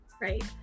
Right